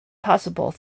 possible